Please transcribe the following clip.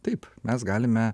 taip mes galime